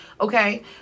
Okay